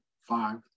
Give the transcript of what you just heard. five